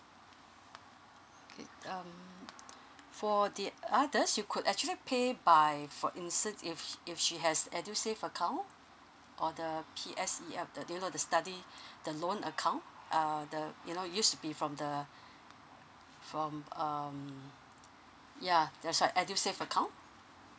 okay um for the others you could actually pay by for instance if if she has edusave account or the P_S_E_F the do you know the study the loan account uh the you know used to be from the from um ya that's what edusave account